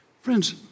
Friends